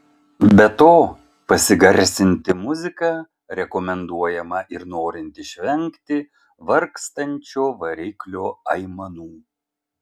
be to pasigarsinti muziką rekomenduojama ir norint išvengti vargstančio variklio aimanų